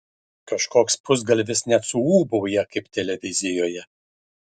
kažkoks pusgalvis net suūbauja kaip televizijoje